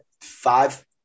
five